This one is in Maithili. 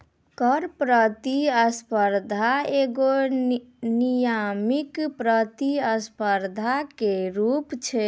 कर प्रतिस्पर्धा एगो नियामक प्रतिस्पर्धा के रूप छै